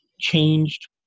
changed